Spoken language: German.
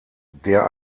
der